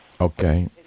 Okay